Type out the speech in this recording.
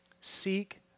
Seek